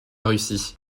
russie